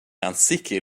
ansicr